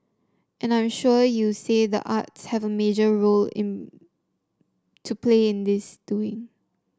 and I'm sure you'll say the arts have a major role to play in this doing